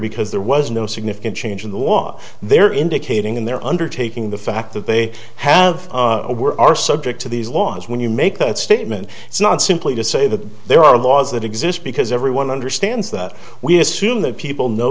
because there was no significant change in the law there indicating in their undertaking the fact that they have were are subject to these laws when you make that statement it's not simply to say that there are laws that exist because everyone understands that we assume that people know